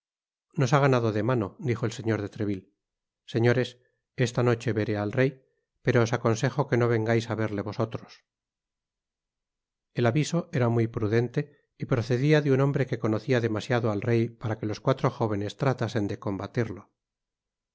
nos han ganado de mano dijo el señor de treville señores esta noche veré al rey pero os aconsejo que no vengais á verle vosotros el aviso era muy prudente y procedia de un hombre que conocia demasiado al rey para que los cuatro jóvenes tratasen de combatirlo